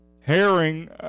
Herring